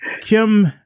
Kim